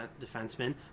defenseman